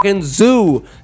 zoo